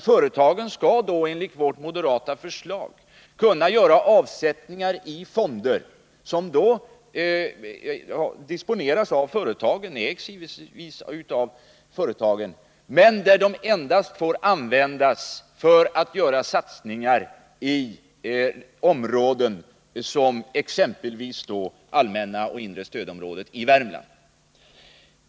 Företagen skall enligt vårt moderata förslag kunna göra avsättningar till fonder som ägs och disponeras av företagen men som får användas endast för att göra satsningar i områden som exempelvis allmänna och inre stödområdet i Värmland.